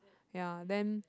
ya then